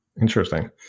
Interesting